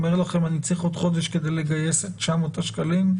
אומר לכם שהוא צריך עוד חודש כדי לגייס את ה-900 שקלים.